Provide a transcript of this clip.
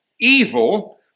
evil